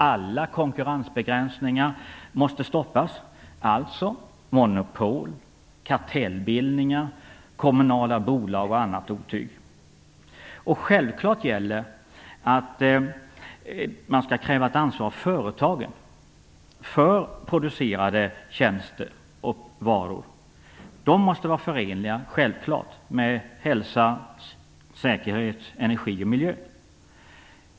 Alla konkurrensbegränsningar måste stoppas, alltså monopol, kartellbildningar, kommunala bolag och annat otyg. Självklart gäller att man skall kräva ett ansvar av företagen för producerade varor och tjänster. De måste självklart vara förenliga med hälsa, säkerhet, energi och miljö.